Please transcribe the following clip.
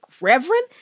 Reverend